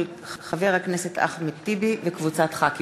מאת חבר הכנסת אחמד טיבי וקבוצת חברי הכנסת,